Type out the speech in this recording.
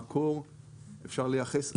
במקור אפשר לייחס לה מטרות של תברואה.